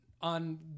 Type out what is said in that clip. on